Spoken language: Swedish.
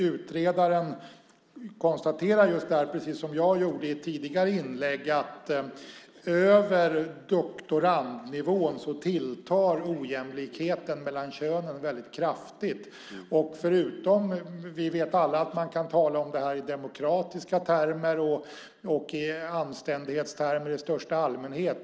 Utredaren konstaterar, precis som jag gjorde i ett tidigare inlägg, att över doktorandnivån tilltar ojämlikheten mellan könen väldigt kraftigt. Vi vet alla att man kan tala om det här i demokratiska termer och i anständighetstermer i största allmänhet.